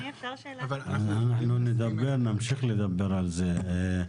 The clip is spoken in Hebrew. אנחנו נמשיך לדבר על זה.